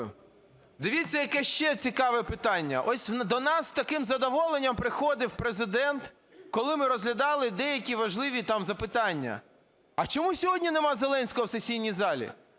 Дивіться, яке ще цікаве питання. Ось до нас з таким задоволенням приходив Президент, коли ми розглядали деякі важливі там запитання. А чому сьогодні немає Зеленського в сесійній залі?